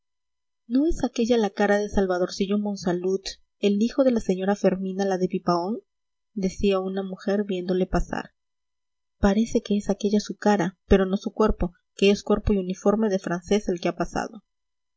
no es aquella la cara de salvadorcillo monsalud el hijo de la señora fermina la de pipaón decía una mujer viéndole pasar parece que es aquélla su cara pero no su cuerpo que es cuerpo y uniforme de francés el que ha pasado